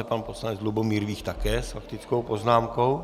Pan poslanec Lubomír Vích také s faktickou poznámkou?